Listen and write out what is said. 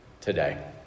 today